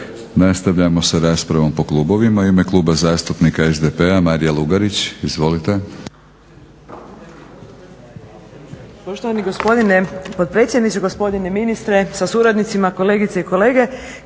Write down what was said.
Nastavljamo sa raspravom po klubovima. U ime Kluba zastupnika SDP-a Marija Lugarić. Izvolite.